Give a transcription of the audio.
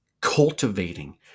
cultivating